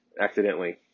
accidentally